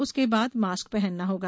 उसके बाद मास्क पहना होगा